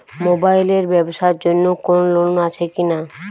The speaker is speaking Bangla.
মোবাইল এর ব্যাবসার জন্য কোন লোন আছে কি?